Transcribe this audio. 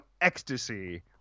ecstasy